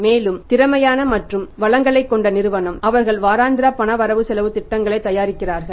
மேலும் திறமையான மற்றும் வளங்களைக் கொண்ட நிறுவனம் யார் தயார் செய்ய முடியும் அவர்கள் வாராந்திர பண வரவு செலவுத் திட்டங்களைத் தயாரிக்கிறார்கள்